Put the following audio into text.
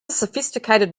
sophisticated